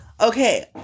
Okay